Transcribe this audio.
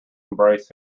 embrace